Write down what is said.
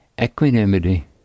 equanimity